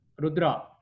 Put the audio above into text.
Rudra